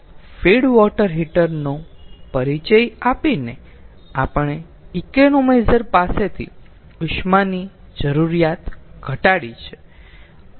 feed water heater નો પરિચય આપીને આપણે ઇકોનોમાઈઝર પાસેથી ઉષ્માની જરૂરિયાત ઘટાડી છે